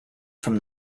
from